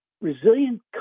resilient